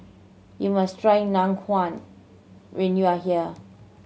you must try Ngoh Hiang when you are here